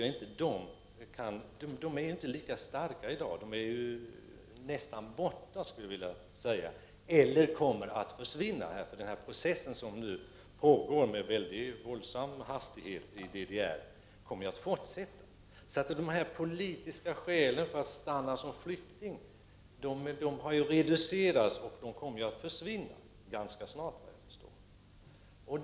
Och vi kan konstatera att dessa skäl i dag inte är lika starka, jag skulle vilja säga att de nästan är borta eller att de i varje fall kommer att försvinna i och med den process som nu pågår med våldsam hastighet i DDR. De politiska skäl som kan åberopas för att få stanna som flykting har således reducerats, och de kommer att försvinna ganska snart såvitt jag förstår.